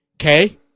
okay